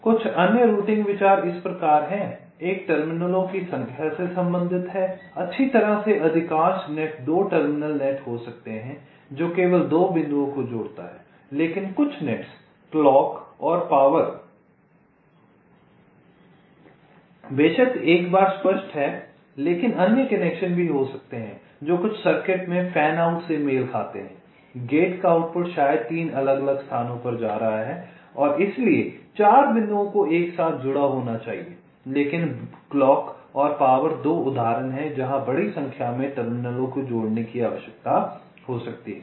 कुछ अन्य रूटिंग विचार इस प्रकार हैं एक टर्मिनलों की संख्या से संबंधित है अच्छी तरह से अधिकांश नेट 2 टर्मिनल नेट हो सकते हैं जो केवल 2 बिंदुओं को जोड़ता है लेकिन कुछ नेट्स क्लॉक और पावर बेशक एक बार स्पष्ट है लेकिन अन्य कनेक्शन भी हो सकते हैं जो कुछ सर्किट में फैन आउट से मेल खाते हैं गेट का आउटपुट शायद 3 अलग अलग स्थानों पर जा रहा है इसलिए 4 बिंदुओं को एक साथ जुड़ा होना चाहिए लेकिन क्लॉक और पावर 2 उदाहरण हैं जहां बड़ी संख्या में टर्मिनलों को जोड़ने की आवश्यकता हो सकती है